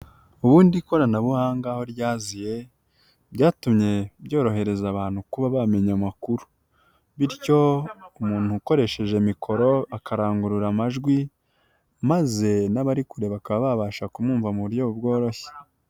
Ubundi ikoranabuhanga aho ryaziye, byatumye byorohereza abantu kuba bamenya amakuru, bityo umuntu ukoresheje mikoro akarangurura amajwi, maze n'abari kure bakaba babasha kumwumva mu buryo bworoshye.